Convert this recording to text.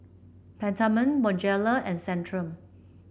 Peptamen Bonjela and Centrum